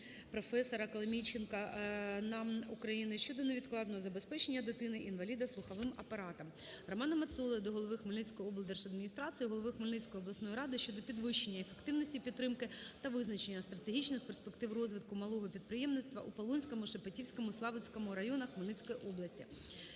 професора Коломійченка НАМН України" щодо невідкладного забезпечення дитини-інваліда слуховим апаратом. Романа Мацоли до голови Хмельницької облдержадміністрації, голови Хмельницької обласної ради щодо підвищення ефективності підтримки та визначення стратегічних перспектив розвитку малого підприємництва у Полонському, Шепетівському, Славутському районах Хмельницької області.